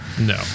no